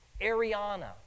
Ariana